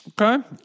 Okay